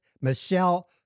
Michelle